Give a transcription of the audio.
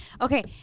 Okay